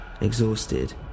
exhausted